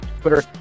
Twitter